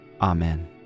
Amen